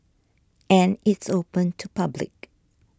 and it's open to public